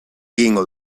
egingo